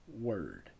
word